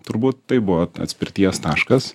turbūt tai buvo atspirties taškas